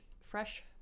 fresh